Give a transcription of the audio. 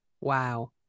Wow